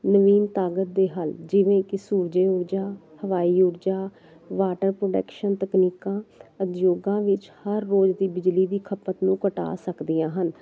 ਨਵੀਨ ਤਾਕਤ ਦੇ ਹਲ ਜਿਵੇਂ ਕਿ ਸੂਰਜੀ ਊਰਜਾ ਹਵਾਈ ਊਰਜਾ ਵਾਟਰ ਕੰਡਕਸ਼ਨ ਤਕਨੀਕਾਂ ਉਦਯੋਗਾਂ ਵਿੱਚ ਹਰ ਰੋਜ ਦੀ ਬਿਜਲੀ ਦੀ ਖਪਤ ਨੂੰ ਘਟਾ ਸਕਦੀਆਂ ਹਨ